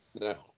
No